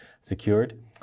secured